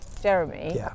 jeremy